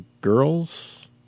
Girls